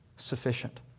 Sufficient